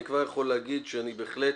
אני כבר יכול להגיד שאני בהחלט